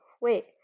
wait